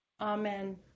Amen